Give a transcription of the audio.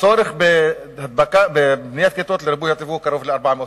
הצורך בבניית כיתות לריבוי הטבעי הוא קרוב ל-450.